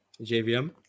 jvm